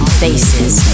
faces